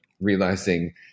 realizing